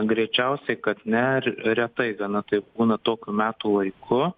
greičiausiai kad ne re retai gana taip būna tokiu metų laiku